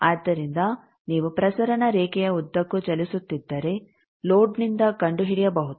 ಆದ್ದರಿಂದ ನೀವು ಪ್ರಸರಣ ರೇಖೆಯ ಉದ್ದಕ್ಕೂ ಚಲಿಸುತ್ತಿದ್ದರೆ ಲೋಡ್ನಿಂದ ಕಂಡುಹಿಡಿಯಬಹುದು